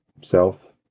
south